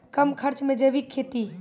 कम खर्च मे जैविक खेती?